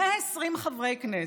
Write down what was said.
120 חברי כנסת,